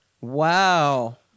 Wow